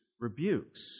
rebukes